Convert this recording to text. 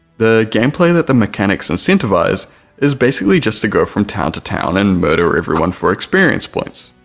the gameplay that the mechanics incentivize is basically just to go from town to town and murder everyone for experience points,